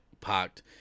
parked